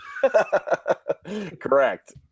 correct